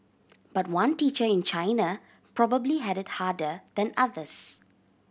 but one teacher in China probably had it harder than others